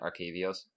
Arcavios